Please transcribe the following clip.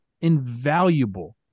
invaluable